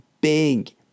big